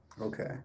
Okay